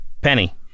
Penny